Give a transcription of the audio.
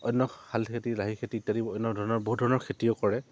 অন্য শালি খেতি লাহী খেতি ইত্যাদি অন্য ধৰণৰ বহুত ধৰণৰ খেতিও কৰে